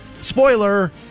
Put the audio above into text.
Spoiler